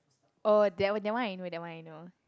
oh that one I know that one I know